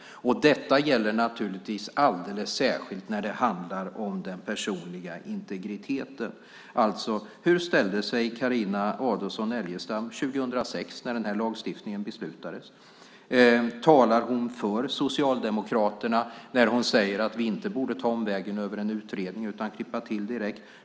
Detta gäller naturligtvis alldeles särskilt när det handlar om den personliga integriteten. Hur ställde sig alltså Carina Adolfsson Elgestam till detta 2006 när den här lagstiftningen beslutades? Talar hon för Socialdemokraterna när hon säger att vi inte borde ta omvägen över en utredning utan klippa till direkt?